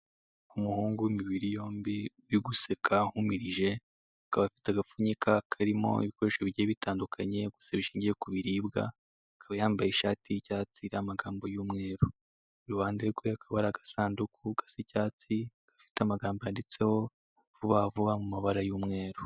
Umuhungu w'imibiri yombi uri guseka uhumurije, akaba afite agapfunyika karimo ibikoresho bigiye bitandukanye gusa bishingiye ku biribwa, akaba yambaye ishati y'icyatsi iriho amagambo y'umweru, iruhande rwe hakaba hari akasanduku gasa icyatsi gafite amagambo yanditseho vuba vuba mu mabara y'umweru.